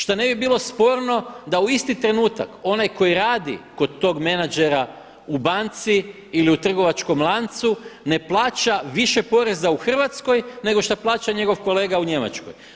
Šta ne bi bilo sporno da u isti trenutak onaj koji radi kod tog menadžera u banci ili u trgovačkom lancu ne plaća više poreza u Hrvatskoj nego što plaća njegov kolega u Njemačkoj.